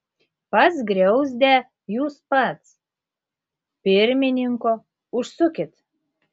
pas griauzdę jūs pats pirmininko užsukit